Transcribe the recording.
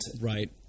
right